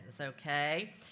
okay